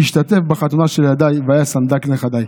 השתתף בחתונת ילדיי והיה סנדק נכדיי.